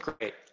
great